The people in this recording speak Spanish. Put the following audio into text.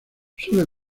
suele